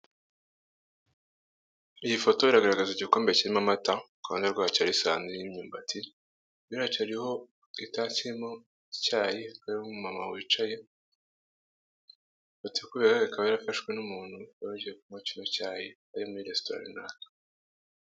Iyi foto iragaragaza igikombe kirimo amata, kuruhande rwacyo hariho isahani iriho imyumbati, imbere yacyo hariho itasi irimo icyayi hakaba hari n'umumama wicaye, ifoto rero ikaba yarafashwe n'umuntu warugiye kunywa kino cyayi ari muri resitora runaka.